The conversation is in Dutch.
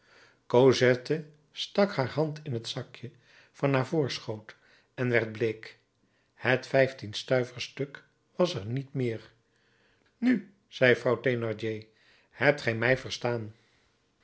cosette stak haar hand in t zakje van haar voorschoot en werd bleek het vijftienstuiversstuk was er niet meer nu zei vrouw thénardier hebt ge mij verstaan